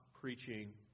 preaching